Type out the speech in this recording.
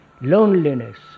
loneliness